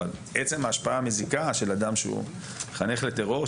אבל עצם ההשפעה המזיקה של אדם שהוא מחנך לטרור,